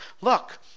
Look